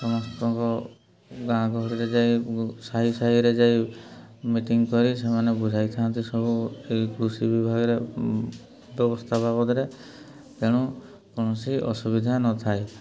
ସମସ୍ତଙ୍କ ଗାଁ ଗହଳିରେ ଯାଇ ସାହି ସାହିରେ ଯାଇ ମିଟିଂ କରି ସେମାନେ ବୁଝାଇଥାନ୍ତି ସବୁ ଏଇ କୃଷି ବିଭାଗରେ ବ୍ୟବସ୍ଥା ବାବଦରେ ତେଣୁ କୌଣସି ଅସୁବିଧା ନଥାଏ